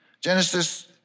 Genesis